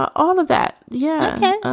all of that. yeah.